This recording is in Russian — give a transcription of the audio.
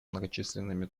многочисленными